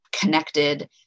connected